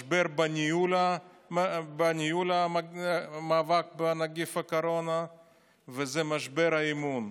משבר בניהול המאבק בנגיף הקורונה ומשבר אמון.